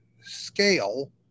scale